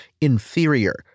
inferior